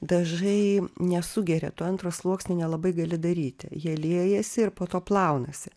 dažai nesugeria to antro sluoksnio nelabai gali daryti jie liejasi ir po to plaunasi